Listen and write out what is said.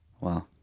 Wow